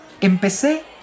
Empecé